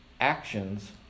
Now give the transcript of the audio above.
Actions